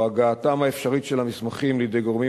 או הגעתם האפשרית של המסמכים לידי גורמים